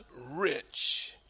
rich